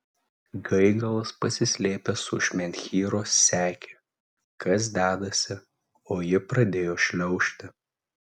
gaigalas pasislėpęs už menhyro sekė kas dedasi o ji pradėjo šliaužti